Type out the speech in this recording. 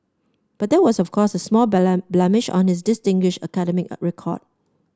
but that was of course a small blemish on this distinguished academic record